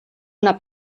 una